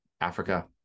Africa